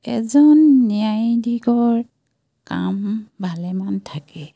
এজন ন্যায়াধীশৰ কাম ভালেমান থাকে